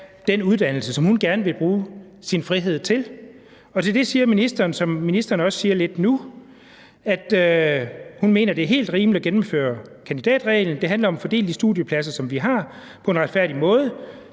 den uddannelse, som hun gerne vil bruge sin frihed til. Og til det siger ministeren, som hun også siger lidt nu, at hun mener, det er helt rimeligt at gennemføre kandidatreglen. Det handler om at fordele de studiepladser, som vi har, på en retfærdig måde.